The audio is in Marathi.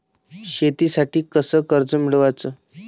शेतीसाठी कर्ज कस मिळवाच?